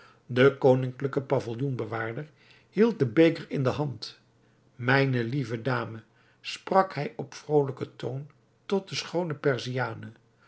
de koninklijke pavilloen bewaarder hield den beker in de hand mijne lieve dame sprak hij op vrolijken toon tot de schoone